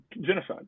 genocide